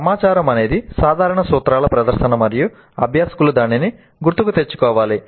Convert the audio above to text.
సమాచారం అనేది సాధారణ సూత్రాల ప్రదర్శన మరియు అభ్యాసకులు దానిని గుర్తుకు తెచ్చుకోవాలి